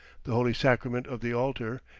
the holy sacrament of the altar,